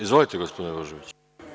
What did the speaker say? Izvolite, gospodine Božoviću.